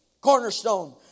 cornerstone